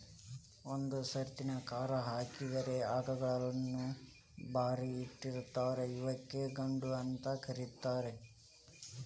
ಒಂದ್ ಸರ್ತಿನು ಕರಾ ಹಾಕಿದಿರೋ ಆಕಳಗಳನ್ನ ಬ್ಯಾರೆ ಇಟ್ಟಿರ್ತಾರ ಇವಕ್ಕ್ ಗೊಡ್ಡ ಅಂತ ಕರೇತಾರ